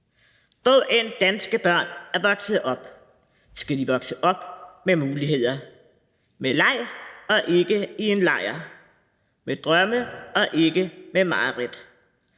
Hvorend danske børn vokser op, skal de vokse op med muligheder – med leg og ikke i en lejr, med drømme og ikke med mareridt.